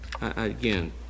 again